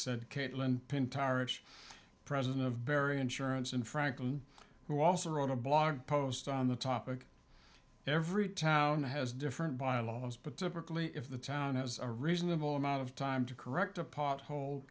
said caitlin pin tyrus president of bury insurance in franklin who also wrote a blog post on the topic every town has different bylaws but typically if the town has a reasonable amount of time to correct a pothol